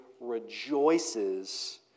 rejoices